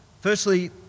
Firstly